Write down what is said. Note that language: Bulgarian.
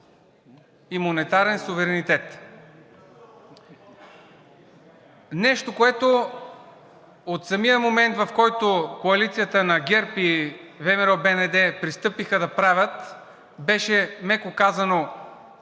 и монетарен суверенитет. Нещо, което от самия момент, в който коалицията на ГЕРБ и ВМРО - БНД пристъпиха да правят, беше, меко казано,